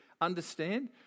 Understand